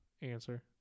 Answer